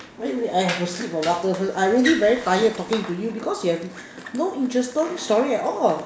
wait wait I have to sleep a water first I really very tired talking to you because you have no interesting story at all